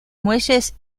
muelles